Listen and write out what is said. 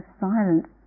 silence